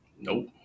Nope